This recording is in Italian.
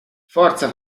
forza